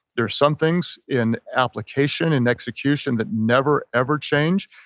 there's some things in application and execution that never ever change.